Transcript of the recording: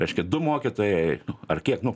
reiškia du mokytojai ar kiek nu